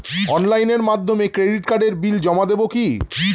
অনলাইনের মাধ্যমে ক্রেডিট কার্ডের বিল জমা দেবো কি?